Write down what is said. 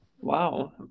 wow